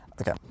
okay